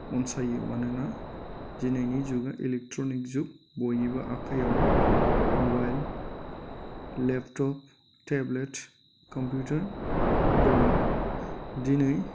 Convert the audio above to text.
अनसायो मानोना दिनैनि जुगा इलेकट्र'निक जुग बयनिबो आखाइयाव मबाइल लेपटप टेब्लेट कमपिउटार दङ दिनै